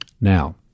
Now